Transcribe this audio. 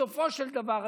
בסופו של דבר,